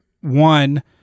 one